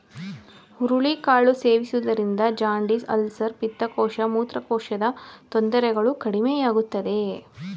ಹುರುಳಿ ಕಾಳು ಸೇವಿಸುವುದರಿಂದ ಜಾಂಡಿಸ್, ಅಲ್ಸರ್, ಪಿತ್ತಕೋಶ, ಮೂತ್ರಕೋಶದ ತೊಂದರೆಗಳು ಕಡಿಮೆಯಾಗುತ್ತದೆ